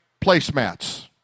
placemats